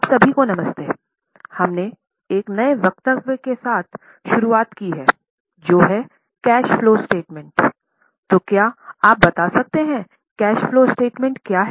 आप सभी को नमस्ते हमने एक नए वक्तव्य के साथ शुरुआत की है जो है कैश फलो स्टेटमेंट क्या है